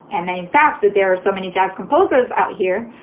and then, in fact, that there are so many jazz composers out here.